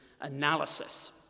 analysis